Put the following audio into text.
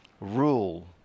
rule